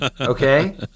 Okay